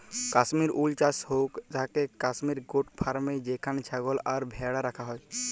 Kashmir wool চাস হৌক থাকেক কাশ্মির গোট ফার্মে যেখানে ছাগল আর ভ্যাড়া রাখা হয়